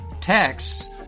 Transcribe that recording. texts